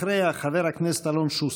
אחריה, חבר הכנסת אלון שוסטר.